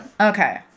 Okay